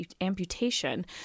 amputation